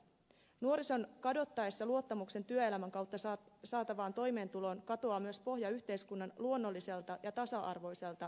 nuorison kadottaessa luottamuksen työelämän kautta saatavaan toimeentuloon katoaa myös pohja yhteiskunnan luonnolliselta ja tasa arvoiselta jäsenyydeltä